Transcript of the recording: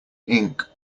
ink